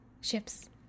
Ships